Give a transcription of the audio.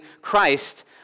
Christ